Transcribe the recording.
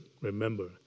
remember